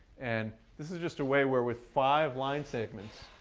and this is just a way, where with five line segments,